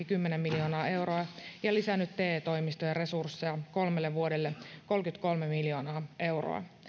lisäämiseksi kymmenen miljoonaa euroa ja lisännyt te toimistojen resursseja kolmelle vuodelle kolmekymmentäkolme miljoonaa euroa